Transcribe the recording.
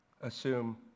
assume